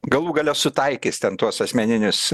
galų gale sutaikys ten tuos asmeninius